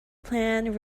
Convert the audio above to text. plan